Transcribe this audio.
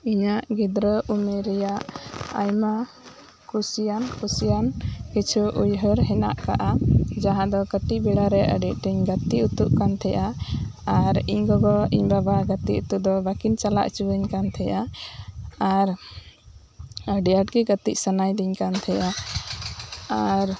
ᱤᱧᱟᱹᱜ ᱜᱤᱫᱽᱨᱟᱹ ᱩᱢᱮᱨ ᱨᱮᱭᱟᱜ ᱟᱭᱢᱟ ᱠᱩᱥᱤᱭᱟᱱ ᱠᱩᱥᱤᱭᱟᱱ ᱠᱤᱪᱷᱩ ᱩᱭᱦᱟᱹᱨ ᱦᱮᱱᱟᱜ ᱠᱟᱜᱼᱟ ᱡᱟᱦᱟᱸ ᱫᱚ ᱠᱟᱴᱤᱜ ᱵᱮᱲᱟ ᱨᱮ ᱟᱰᱤ ᱢᱤᱜᱴᱮᱱ ᱜᱟᱛᱮᱜ ᱩᱛᱟᱹᱨᱚᱜ ᱠᱟᱱ ᱛᱮᱦᱮᱸᱜᱼᱟ ᱟᱨ ᱤᱧ ᱜᱚᱜᱚ ᱤᱧ ᱵᱟᱵᱟ ᱜᱟᱛᱮᱜ ᱛᱮᱫᱚ ᱵᱟᱠᱤᱱ ᱪᱟᱞᱟᱣ ᱪᱚᱣᱟᱹᱧ ᱠᱟᱱ ᱛᱟᱦᱮᱸᱜᱼᱟ ᱟᱨ ᱟᱰᱤ ᱟᱸᱴ ᱜᱮ ᱜᱟᱛᱮᱜ ᱥᱟᱱᱟᱭᱤᱫᱤᱧ ᱠᱟᱱ ᱛᱟᱦᱮᱸᱜᱼᱟ ᱟᱨ